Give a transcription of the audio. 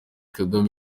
kagame